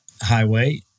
highway